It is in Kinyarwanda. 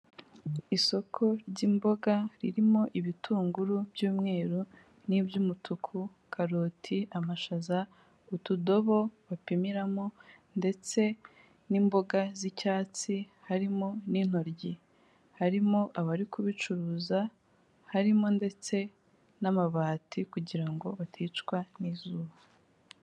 Isoko ry'imboga ririmo ibitunguru by'umweru n'iby'umutuku, karoti amashaza, utudobo bapimiramo ndetse n'imboga z'icyatsi, harimo n'intoryi harimo abari kubicuruza harimo ndetse n'amabati kugirango baticwa n'izuba.